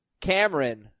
Cameron